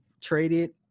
traded